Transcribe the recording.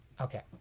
Okay